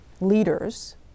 leaders